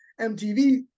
MTV